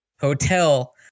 hotel